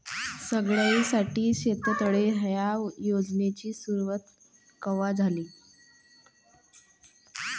सगळ्याइसाठी शेततळे ह्या योजनेची सुरुवात कवा झाली?